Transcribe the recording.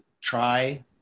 try